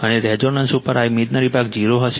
અને રેઝોનન્સ ઉપર આ ઇમેજનરી ભાગ 0 હશે